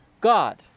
God